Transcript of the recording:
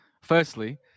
Firstly